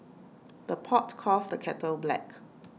the pot calls the kettle black